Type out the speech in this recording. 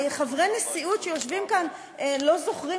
חברי הנשיאות שיושבים כאן לא זוכרים,